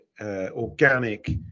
organic